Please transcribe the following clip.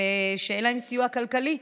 ואין להם סיוע כלכלי.